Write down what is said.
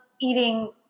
eating